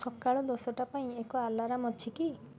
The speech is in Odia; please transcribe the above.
ସକାଳ ଦଶଟା ପାଇଁ ଏକ ଆଲାର୍ମ୍ ଅଛି କି